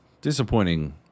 Disappointing